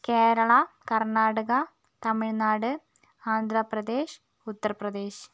Kerala Karnataka Tamil Nadu Andhra Pradesh Uttar Pradesh